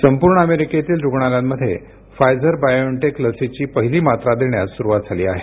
संपूर्ण अमेरिकेतील रुग्णालयांमध्ये फायझर बायोएनटेक लसीची पहिली मात्रा देण्यास सुरुवात झाली आहे